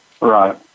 right